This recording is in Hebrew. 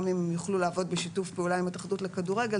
גם אם הם יוכלו לעבוד בשיתוף פעולה עם ההתאחדות לכדורגל,